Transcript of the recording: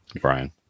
Brian